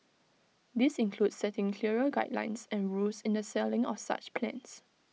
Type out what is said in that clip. this includes setting clearer guidelines and rules in the selling of such plans